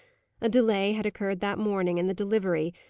a delay had occurred that morning in the delivery,